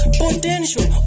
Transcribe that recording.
potential